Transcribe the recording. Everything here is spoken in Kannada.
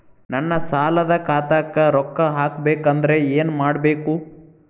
ನನ್ನ ಸಾಲದ ಖಾತಾಕ್ ರೊಕ್ಕ ಹಾಕ್ಬೇಕಂದ್ರೆ ಏನ್ ಮಾಡಬೇಕು?